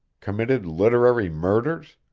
committed literary murders,